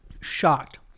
shocked